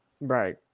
Right